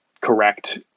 correct